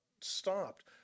stopped